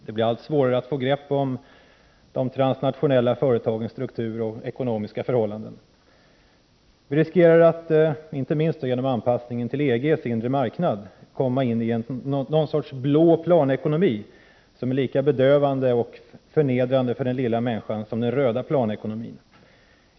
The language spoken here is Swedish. Det blir allt svårare att få grepp om de transnationella företagens struktur och ekonomiska förhållanden. Vi riskerar att — inte minst genom anpassning till EG:s inre marknad — komma in i någon sorts blå planekonomi som är lika bedövande och förnedrande för den lilla människan som den röda planekonomin.